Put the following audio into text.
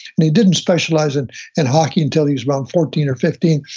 and he didn't specialize in and hockey until he was around fourteen or fifteen,